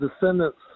descendants